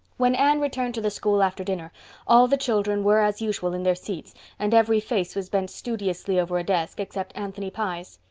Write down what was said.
when anne returned to the school after dinner all the children were as usual in their seats and every face was bent studiously over a desk except anthony pye's.